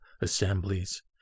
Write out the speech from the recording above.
assemblies